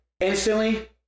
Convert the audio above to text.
instantly